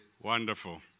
Wonderful